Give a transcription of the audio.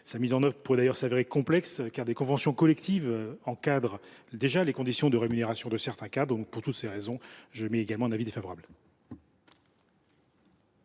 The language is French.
Sa mise en œuvre pourrait d’ailleurs s’avérer complexe, car des conventions collectives encadrent déjà les conditions de rémunération de certains cadres. Pour toutes ces raisons, j’émets également un avis défavorable.